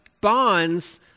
bonds